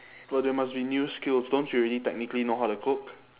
well they must be new skills don't you already technically know how to cook